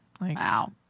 Wow